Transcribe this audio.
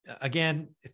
Again